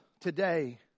today